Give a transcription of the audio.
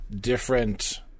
different